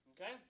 Okay